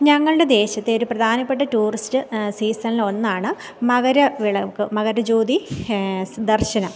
ഞങ്ങളുടെ ദേശത്തെ ഒരു പ്രധാനപ്പെട്ട ടൂറിസ്റ്റ് സീസണിൽ ഒന്നാണ് മകരവിളക്ക് മകരജ്യോതി സ് ദർശനം